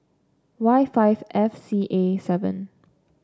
Y five F C A seven